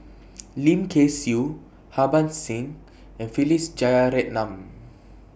Lim Kay Siu Harbans Singh and Philip Jeyaretnam